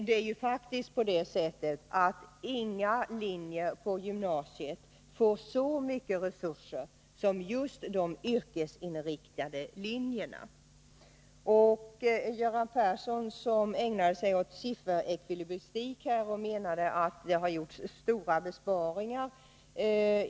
Det är ju faktiskt så att inga linjer på gymnasiet får så mycket resurser som just de yrkesinriktade linjerna. Göran Persson ägnade sig åt sifferekvilibristik och menade att det har gjorts stora besparingar på området.